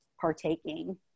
partaking